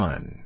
One